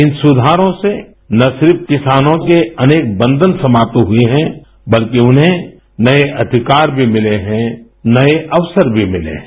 इन सुधारों से न सिर्फ किसानों के अनेक बन्धन समाप्त हवये हैं बल्कि उन्हें नये अधिकार भी मिले हैं नये अवसर भी मिले हैं